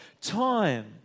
time